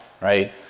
right